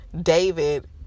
David